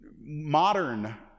Modern